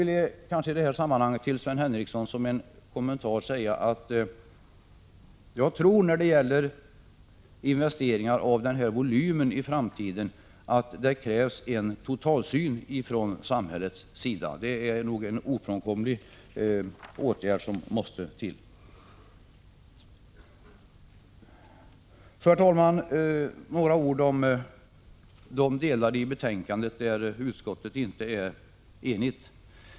I det sammanhanget vill jag till Sven Henricsson som en kommentar säga att jag tror att det för investeringar av den här volymen i framtiden krävs en totalsyn från samhällets sida. Det är nog en ofrånkomlig åtgärd som måste till. Herr talman! Sedan några ord om de delar av betänkandet där utskottet inte är enigt.